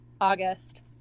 August